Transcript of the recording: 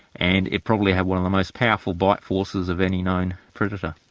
and it probably had one of the most powerful bite forces of any known predator.